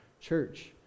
Church